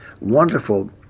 wonderful